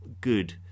good